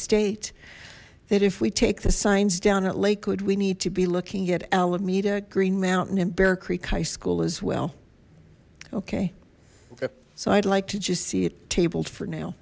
state that if we take the signs down at lakewood we need to be looking at alameda green mountain and bear creek high school as well okay so i'd like to just see it tabled for now